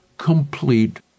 complete